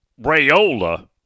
Rayola